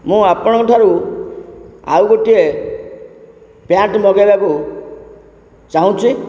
ମୁଁ ଆପଣଙ୍କ ଠାରୁ ଆଉ ଗୋଟିଏ ପ୍ୟାଣ୍ଟ୍ ମଗେଇବାକୁ ଚାହୁଁଛି